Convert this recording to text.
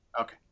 Okay